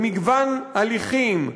במגוון הליכים,